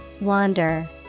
Wander